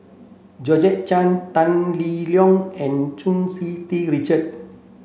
Georgette Chen Tan Lee Leng and Hu Tsu Tau Richard